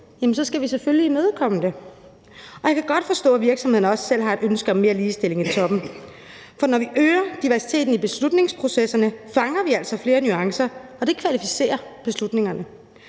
så skal vi selvfølgelig imødekomme det. Og jeg kan godt forstå, at virksomhederne også selv har et ønske om mere ligestilling i toppen, for når vi øger diversiteten i beslutningsprocesserne, fanger vi altså flere nuancer, og det kvalificerer beslutningerne.